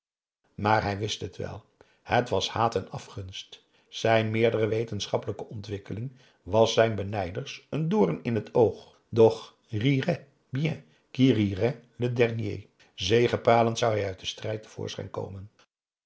maar hij wist het wel het was haat en afgunst zijn meerdere wetenschappelijke ontwikkeling was zijn benijders een doorn in het oog doch rirait bien qui rirait le dernier zegepralend zou hij uit den strijd te voorschijn komen